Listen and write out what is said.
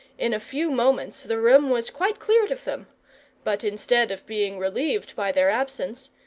in a few moments, the room was quite cleared of them but instead of being relieved by their absence,